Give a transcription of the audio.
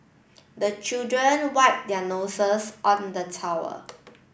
the children wipe their noses on the towel